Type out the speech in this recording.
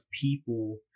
people